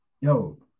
Yo